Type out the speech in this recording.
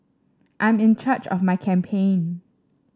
I'm in charge of my campaign